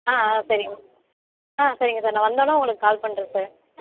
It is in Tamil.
ஆ ஆ சரிங்க ஆ சரிங்க சார் நான் வந்தோடன்ன உங்களுக்கு கால் பண்ணுறேன் சார்